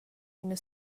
ina